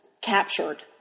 captured